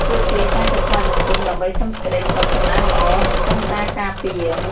ពួកគេតែងតែថ្វាយបង្គំ ដើម្បីសុំសេចក្តីសុខ សំណាងល្អ និងសុំការការពារ។